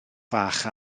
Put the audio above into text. fach